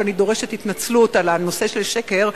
ואני דורשת התנצלות על הנושא של שקר,